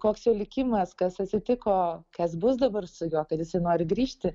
koks jo likimas kas atsitiko kas bus dabar su juo kad jisai nori grįžti